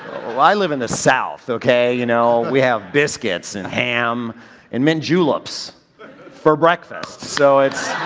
i live in the south, ok, you know we have biscuits and ham and mint juleps for breakfast, so it's